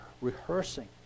rehearsing